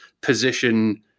position